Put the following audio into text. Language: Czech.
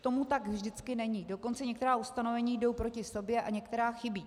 Tomu tak vždycky není, dokonce některá ustanovení jdou proti sobě a některá chybí.